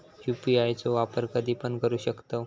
UPI चो वापर कधीपण करू शकतव?